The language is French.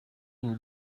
une